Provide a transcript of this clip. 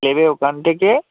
নেবে ওখান থেকে